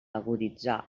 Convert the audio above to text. aguditzar